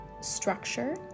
structure